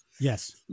Yes